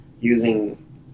using